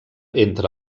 entre